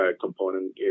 component